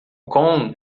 kong